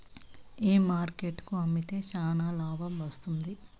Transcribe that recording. ఏ market కు అమ్మితే చానా లాభం వస్తుంది?